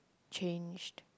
changed